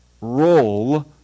roll